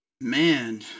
Man